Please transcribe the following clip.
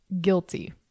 guilty